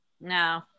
No